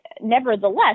nevertheless